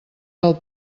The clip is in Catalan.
del